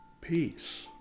peace